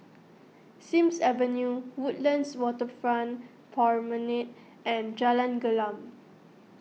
Sims Avenue Woodlands Waterfront Promenade and Jalan Gelam